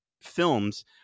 films